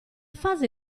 fase